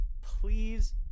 Please